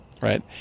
right